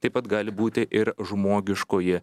taip pat gali būti ir žmogiškoji